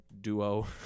Duo